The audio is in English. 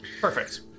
Perfect